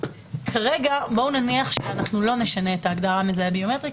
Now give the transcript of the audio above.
כרגע בואו נניח שאנחנו לא נשנה את ההגדרה "מזהה ביומטרי",